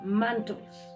mantles